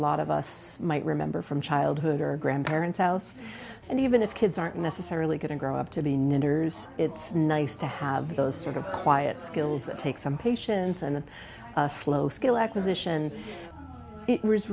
lot of us might remember from childhood or grandparents house and even if kids aren't necessarily going to grow up to be knitters it's nice to have those sort of quiet skills that take some patience and slow skill acquisition i